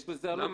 יש לזה עלות.